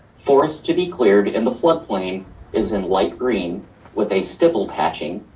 forest to be cleared in the flood plain is in light green with a stippled patching.